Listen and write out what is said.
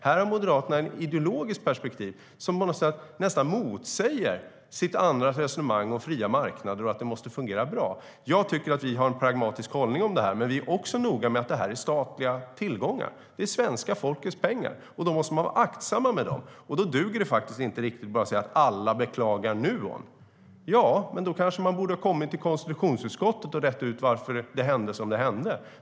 Här har Moderaterna ett ideologiskt perspektiv som på något sätt nästan motsäger resonemanget om att fria marknader måste fungera bra. Jag tycker att vi har en pragmatisk hållning, men vi är också noga med att det är fråga om statliga tillgångar. Det är svenska folkets pengar. Vi måste vara aktsamma med dem. Då duger det inte att säga att alla beklagar Nuon. Ja, då borde man ha kommit till konstitutionsutskottet och rett ut varför det hände som det hände.